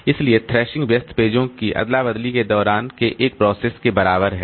इसलिए थ्रैशिंग व्यस्त पेजों की अदला बदली के दौरान के एक प्रोसेस के बराबर है